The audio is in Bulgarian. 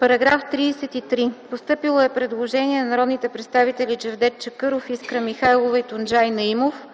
21 е постъпило предложение на народните представители Джевдет Чакъров, Искра Михайлова и Тунджай Наимов.